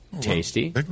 Tasty